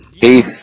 Peace